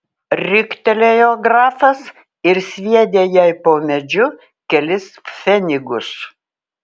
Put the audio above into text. riktelėjo grafas ir sviedė jai po medžiu kelis pfenigus